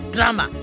Drama